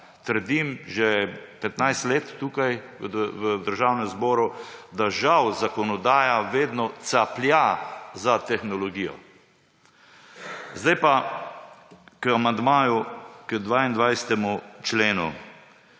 Že 15 let tukaj v Državnem zboru trdim, da žal zakonodaja vedno caplja za tehnologijo. Zdaj pa k amandmaju k 22. členu.